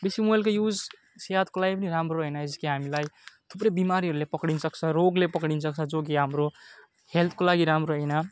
बेसी मोबाइलको युज सेहतको लागि पनि राम्रो होइन जस्तो कि हामीलाई थुप्रै बिमारीहरूले पक्रिन्छ सक्छ रोगले पक्रिन सक्छ जो कि हाम्रो हेल्थको लागि राम्रो होइन